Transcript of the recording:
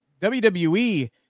WWE